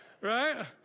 Right